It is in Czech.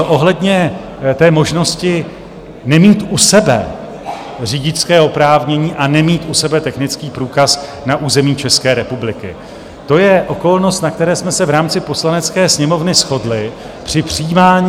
Ohledně té možnosti nemít u sebe řidičské oprávnění a nemít u sebe technický průkaz na území České republiky, to je okolnost, na které jsme se v rámci Poslanecké sněmovny shodli už při přijímání